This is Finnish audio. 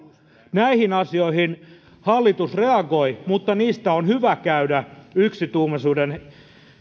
näihin asioihin hallitus reagoi mutta niistä on hyvä käydä yksituumaisuuden